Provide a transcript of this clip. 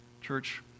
Church